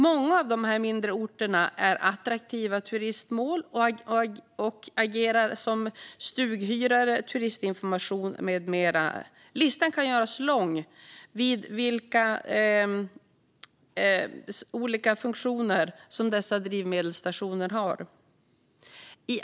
Många av dessa mindre orter är attraktiva turistmål och agerar som stuguthyrare, turistinformation med mera. Listan över vilka olika funktioner drivmedelsstationerna har kan göras lång.